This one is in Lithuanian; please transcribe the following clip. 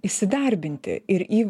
įsidarbinti ir į